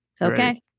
Okay